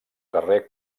carrer